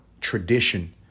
tradition